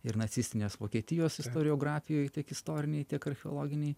ir nacistinės vokietijos istoriografijoj tiek istorinėj tiek archeologinėj